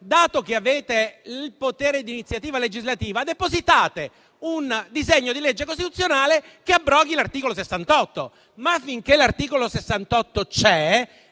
dato che avete il potere di iniziativa legislativa, depositate un disegno di legge costituzionale che abroghi l'articolo 68. Però, finché l'articolo 68 è